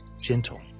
gentle